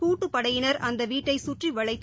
கூட்டுப்படையினர் அந்தவீட்டைசுற்றிவளைத்து